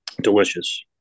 Delicious